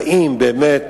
האם באמת